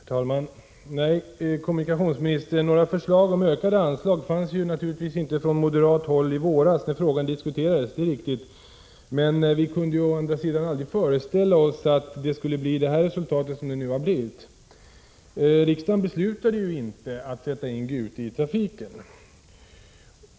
Herr talman! Nej, kommunikationsministern, några förslag om ökade anslag från moderat håll fanns inte i våras när frågan diskuterades — det är riktigt. Men vi kunde å andra sidan inte föreställa oss att resultatet skulle bli som det har blivit. Riksdagen beslutade ju inte att sätta in Gute i trafik.